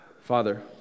Father